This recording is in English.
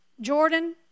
Jordan